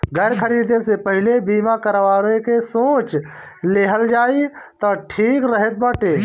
घर खरीदे से पहिले बीमा करावे के सोच लेहल जाए तअ ठीक रहत बाटे